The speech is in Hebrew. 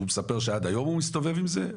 הוא מספר שהוא עד היום הוא מסתובב עם זה,